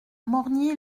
morgny